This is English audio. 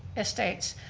estates.